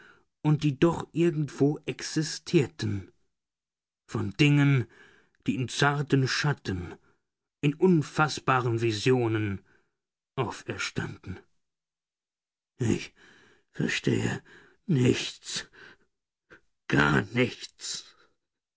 und die doch irgendwo existierten von dingen die in zarten schatten in unfaßbaren visionen auferstanden ich verstehe nichts gar nichts